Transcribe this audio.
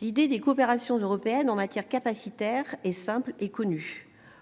L'idée des coopérations européennes en matière capacitaire est simple et connue